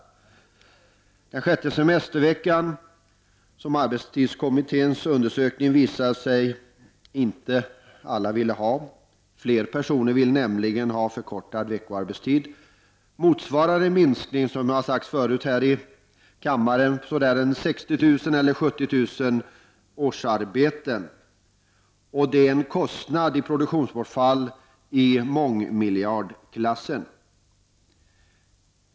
Arbetstidskommitténs undersökning har dessutom visat att alla inte vill ha den här sjätte semesterveckan. Flera personer vill nämligen ha förkortad veckoarbetstid. Den sjätte semesterveckan motsvarar, som har sagts tidigare här i kammaren, en minskning med 60 000-70 000 årsarbeten. Det leder till en kostnad i produktionsbortfall i mångmiljardklassen.